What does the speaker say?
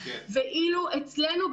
ואילו אצלנו,